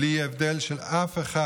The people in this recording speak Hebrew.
בלי הבדל של אף אחד.